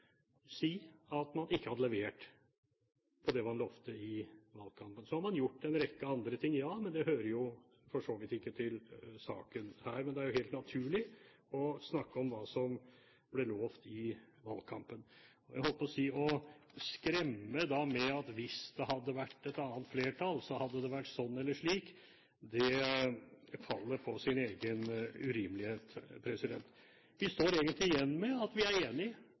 si at man ikke hadde levert på det man lovte i valgkampen. Så har man gjort en rekke andre ting, ja, men det hører jo for så vidt ikke til saken her. Men det er jo helt naturlig å snakke om hva som ble lovet i valgkampen – og det å skremme med at hvis det hadde vært et annet flertall, så hadde det vært sånn eller slik, faller på sin egen urimelighet. Vi står egentlig igjen med at vi er enige